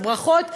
אז ברכות,